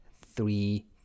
three